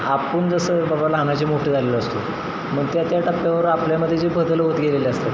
आपण जसं बाबा लहानाचे मोठे झालेलो असतो मग त्या त्या टप्प्यावर आपल्यामध्ये जे बदल होत गेलेले असतात